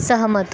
सहमत